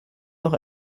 doch